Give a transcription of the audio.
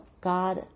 God